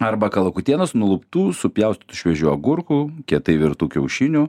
arba kalakutienos nuluptų supjaustytų šviežių agurkų kietai virtų kiaušinių